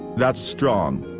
that's strong.